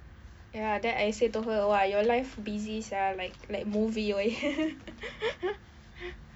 ya then I said to her !wah! your life busy sia like like movie !whoa!